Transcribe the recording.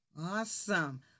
Awesome